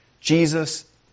Jesus